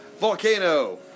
Volcano